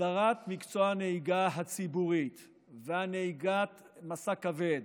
הסדרת מקצוע הנהיגה הציבורית והסדרת נהיגת משא כבד,